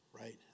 right